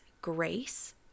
grace